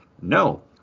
No